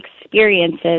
experiences